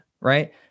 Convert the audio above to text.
right